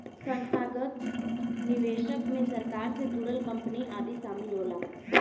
संस्थागत निवेशक मे सरकार से जुड़ल कंपनी आदि शामिल होला